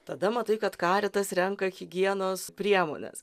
tada matai kad karitas renka higienos priemones